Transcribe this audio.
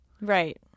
Right